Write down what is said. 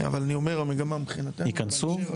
אבל, אני אומר, המגמה מבחינתנו --- ייכנסו?